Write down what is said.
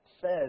says